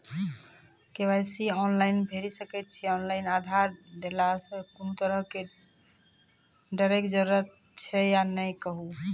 KYC online भैरि सकैत छी, ऑनलाइन आधार देलासॅ कुनू तरहक डरैक जरूरत छै या नै कहू?